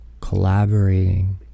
collaborating